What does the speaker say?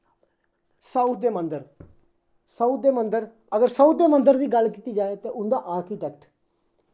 south दे मन्दर south दे मन्दर अगर साउथ दे मन्दर दी गल्ल कीती जाए ते उं'दा आर्कीटेक्ट